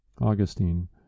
Augustine